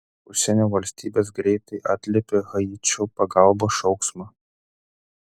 užsienio valstybės greitai atliepė haičio pagalbos šauksmą